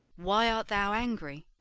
why art thou angry?